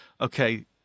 okay